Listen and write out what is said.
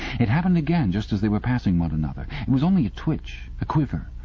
it happened again just as they were passing one another it was only a twitch, a quiver,